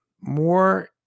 more